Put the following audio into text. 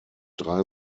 drei